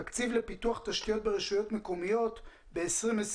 תקציב לפיתוח תשתיות ברשויות מקומיות ב-2020,